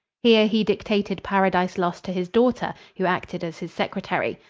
here he dictated paradise lost to his daughter, who acted as his secretary.